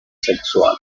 sexual